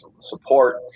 support